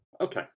Okay